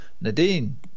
Nadine